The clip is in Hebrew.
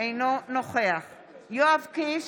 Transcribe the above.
אינו נוכח יואב קיש,